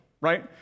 right